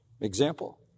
example